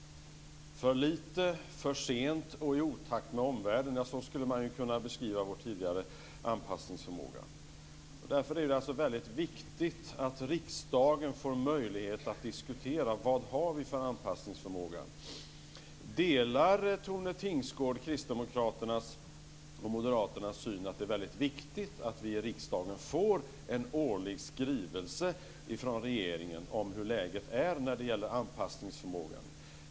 För lite, för sent och i otakt med omvärlden, så skulle man kunna beskriva vår tidigare anpassningsförmåga. Därför är det väldigt viktigt att riksdagen får möjlighet att diskutera vilken anpassningsförmåga vi har. Delar Tone Tingsgård Kristdemokraternas och Moderaternas syn att det är väldigt viktigt att vi i riksdagen får en årlig skrivelse från regeringen om hur läget är när det gäller anpassningsförmågan?